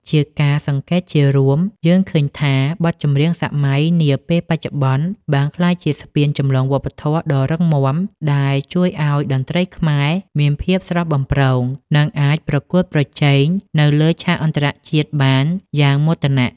ជាការសង្កេតជារួម យើងឃើញថាបទចម្រៀងសម័យនាពេលបច្ចុប្បន្នបានក្លាយជាស្ពានចម្លងវប្បធម៌ដ៏រឹងមាំ ដែលជួយឱ្យតន្ត្រីខ្មែរមានភាពស្រស់បំព្រង និងអាចប្រកួតប្រជែងនៅលើឆាកអន្តរជាតិបានយ៉ាងមោទនៈ។